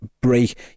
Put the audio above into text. break